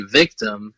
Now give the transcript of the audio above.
victim